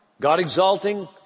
God-exalting